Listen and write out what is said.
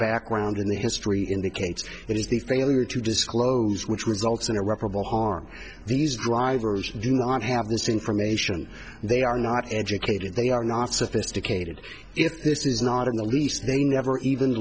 background in the history indicates it is the failure to disclose which results in irreparable harm these drivers do not have this information they are not educated they are not sophisticated if this is not in the least they never even